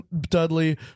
Dudley